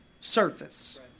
surface